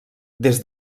des